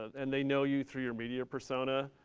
and they know you through your media persona.